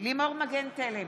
לימור מגן תלם,